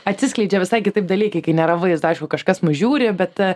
atsiskleidžia visai kitaip dalykai kai nėra vaizdo aišku kažkas mus žiūri bet